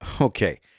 Okay